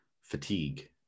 fatigue